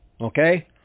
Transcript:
Okay